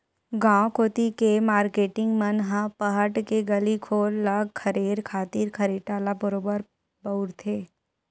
गांव कोती के मारकेटिंग मन ह पहट ले गली घोर ल खरेरे खातिर खरेटा ल बरोबर बउरथे